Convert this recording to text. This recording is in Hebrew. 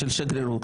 של שגרירות,